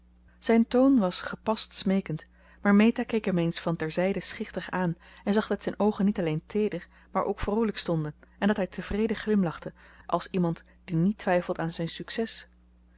zijn toon was gepast smeekend maar meta keek hem eens van ter zijde schichtig aan en zag dat zijn oogen niet alleen teeder maar ook vroolijk stonden en dat hij tevreden glimlachte als iemand die niet twijfelt aan zijn succes